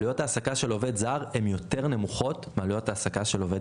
עלויות העסקה של עובד זר הן יותר נמוכות מעלויות העסקה של עובד